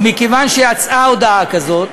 ומכיוון שיצאה הודעה כזאת,